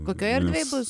kokioj erdvėj bus